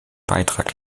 beitrag